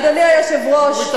אדוני היושב-ראש,